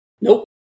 Nope